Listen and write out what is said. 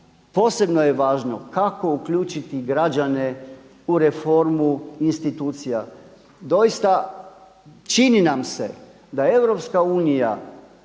posebno je važno kako uključiti građane u reformu institucija. Doista, čini nam se da EU u